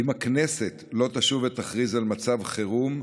אם הכנסת לא תשוב ותכריז על מצב חירום,